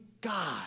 God